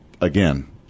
again